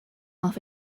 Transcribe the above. off